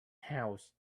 house